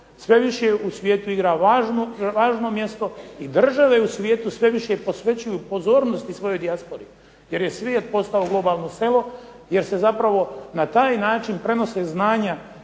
sve više u svijetu igra važno mjesto i države u svijetu sve više posvećuju pozornosti svojoj dijaspori jer je svijet postao globalno selo, jer se zapravo na taj način prenose znanja